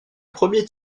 premier